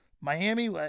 Miami